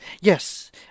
Yes